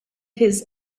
his